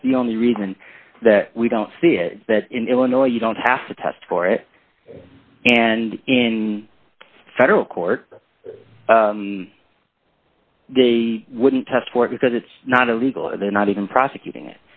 for the only reason that we don't see that in illinois you don't have to test for it and in federal court they wouldn't test for it because it's not illegal and they're not even prosecuting